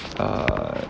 err